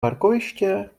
parkoviště